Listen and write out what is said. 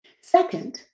Second